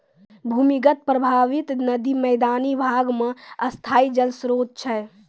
भूमीगत परबाहित नदी मैदानी भाग म स्थाई जल स्रोत छै